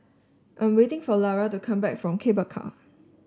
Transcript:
I'm waiting for Lara to come back from Cable Car